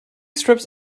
strips